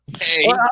Hey